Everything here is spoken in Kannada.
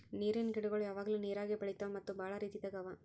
ನೀರಿನ್ ಗಿಡಗೊಳ್ ಯಾವಾಗ್ಲೂ ನೀರಾಗೆ ಬೆಳಿತಾವ್ ಮತ್ತ್ ಭಾಳ ರೀತಿದಾಗ್ ಅವಾ